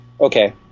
Okay